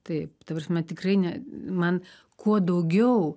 taip ta prasme tikrai ne man kuo daugiau